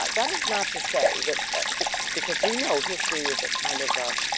that that is not to say that because we know history is a kind of,